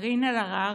זאב אלקין,